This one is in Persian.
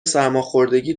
سرماخوردگی